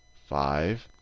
five,